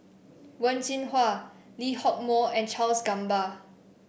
Wen Jinhua Lee Hock Moh and Charles Gamba